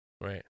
Right